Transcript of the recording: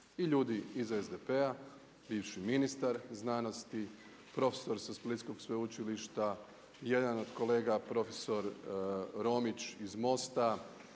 i ljudi iz SDP-a, bivši ministar znanosti, profesor sa Splitskog sveučilišta, jedan od kolega profesor Romić iz MOST-a,